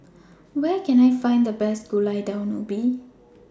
Where Can I Find The Best Gulai Daun Ubi